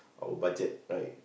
our budget right